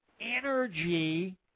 energy